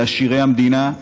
לעשירי המדינה,